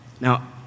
Now